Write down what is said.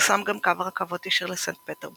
יושם גם קו רכבות ישיר לסנט-פטרבורג